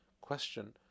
question